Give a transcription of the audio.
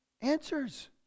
answers